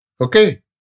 Okay